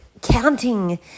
counting